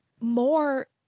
more